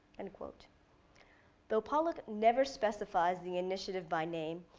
and though polluck never specifies the initiative by name,